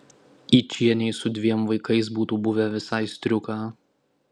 yčienei su dviem vaikais būtų buvę visai striuka